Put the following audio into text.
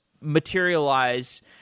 materialize